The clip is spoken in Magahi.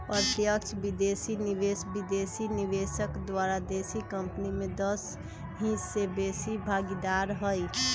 प्रत्यक्ष विदेशी निवेश विदेशी निवेशक द्वारा देशी कंपनी में दस हिस्स से बेशी भागीदार हइ